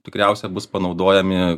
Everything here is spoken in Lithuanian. tikriausiai bus panaudojami